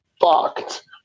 fucked